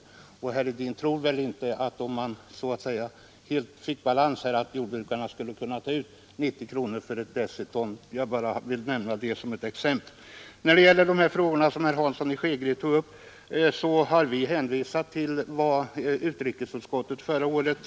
Herr Hedin tror väl inte att jordbrukarna, om det gick att helt få balans här, skulle kunna ta ut 90 kronor per deciton. Jag har velat nämna detta som ett exempel. Beträffande de frågor herr Hansson i Skegrie tog upp har vi hänvisat till vad utrikesutskottet sade förra året.